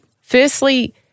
Firstly